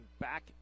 back